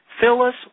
Phyllis